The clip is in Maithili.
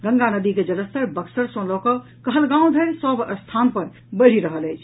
गंगा नदी के जलस्तर बक्सर सँ लऽ कऽ कहलगांव धरि सभ स्थान पर बढ़ि रहल अछि